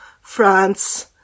France